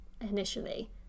initially